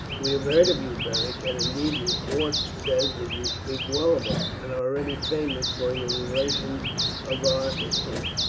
we have heard of you, beric, and, indeed, report says that you speak well of us, and are already famous for your relations of our history.